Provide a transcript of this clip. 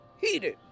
heated